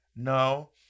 No